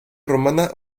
romana